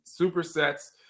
supersets